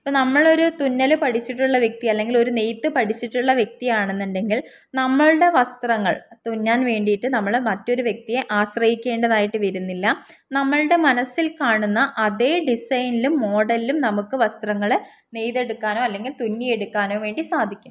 ഇപ്പം നമ്മൾ ഒരു തുന്നൽ പഠിച്ചിട്ടുള്ള വ്യക്തി അല്ലെങ്കിൽ ഒരു നെയ്ത്ത് പഠിച്ചിട്ടുള്ള വ്യക്തിയാണെന്ന് ഉണ്ടെങ്കിൽ നമ്മളുടെ വസ്ത്രങ്ങൾ തുന്നാൻ വേണ്ടിയിട്ട് നമ്മൾ മറ്റൊരു വ്യക്തിയെ ആശ്രയിക്കേണ്ടതായിട്ട് വരുന്നില്ല നമ്മളുടെ മനസ്സിൽ കാണുന്ന അതേ ഡിസൈനിലും മോഡൽലും നമുക്ക് വസ്ത്രങ്ങൾ നെയ്ത് എടുക്കാനോ അല്ലെങ്കിൽ തുന്നി എടുക്കാനോ വേണ്ടി സാധിക്കും